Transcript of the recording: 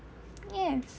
yes